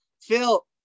Phil